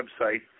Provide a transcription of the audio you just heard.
website